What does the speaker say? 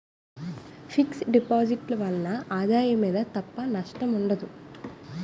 fix deposit ల వలన ఆదాయం మీద తప్ప నష్టం ఉండదు